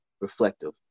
Reflective